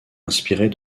inspirées